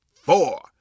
four